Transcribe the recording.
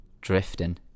drifting